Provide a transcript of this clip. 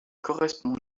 correspond